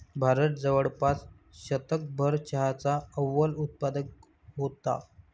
भारत जवळपास शतकभर चहाचा अव्वल उत्पादक होता